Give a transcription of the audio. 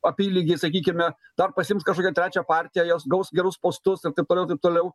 apylygiai sakykime dar pasiims kažkokią trečią partiją jos gaus gerus postus ir taip toliau taip toliau